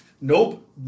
nope